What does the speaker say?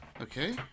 okay